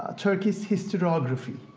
ah turkey's historiography,